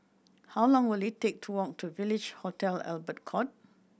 how long will it take to walk to Village Hotel Albert Court